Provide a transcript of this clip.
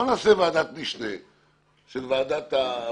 בוא נעשה ועדת משנה של ועדת הפנים.